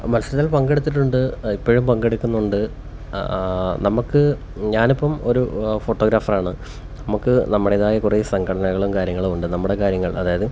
മത്സരങ്ങളില് പങ്കെടുത്തിട്ടുണ്ട് ഇപ്പഴും പങ്കെടുക്കുന്നുണ്ട് നമുക്ക് ഞാനിപ്പോൾ ഒരു ഫോട്ടോഗ്രാഫർ ആണ് നമുക്ക് നമ്മുടെതായ കുറേ സംഘടനകളും കാര്യങ്ങളും ഉണ്ട് നമ്മുടെ കാര്യങ്ങൾ അതായത്